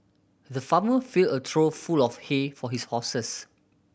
the farmer filled a trough full of hay for his horses